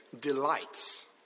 delights